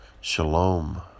Shalom